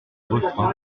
refrain